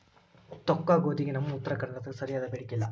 ತೊಕ್ಕಗೋಧಿಗೆ ನಮ್ಮ ಉತ್ತರ ಕರ್ನಾಟಕದಾಗ ಸರಿಯಾದ ಬೇಡಿಕೆ ಇಲ್ಲಾ